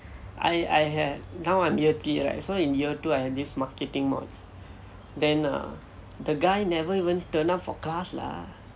I I had now I'm year three right so in year two I had this marketing module then ah the guy never even turn up for class lah